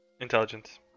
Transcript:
Intelligence